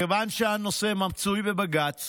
מכיוון שהנושא מצוי בבג"ץ